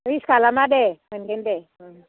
रिस खालामा दे मोनगोन दे उम